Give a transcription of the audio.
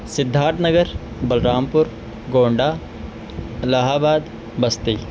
Siddharth Nagar Balrampur Gonda Allahabad Basti